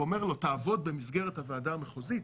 הוא אומר לו: תעבוד במסגרת הוועדה המחוזית,